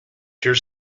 you’re